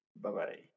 Bye-bye